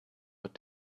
but